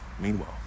Meanwhile